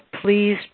please